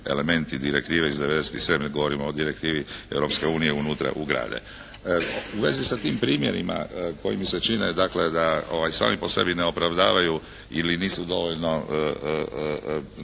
elementi direktive iz 1997., govorim o direktivi Europske unije unutra ugrade. U vezi sa tim primjerima koji mi se čine dakle da sami po sebi ne opravdavaju ili nisu dovoljno